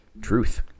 Truth